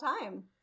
time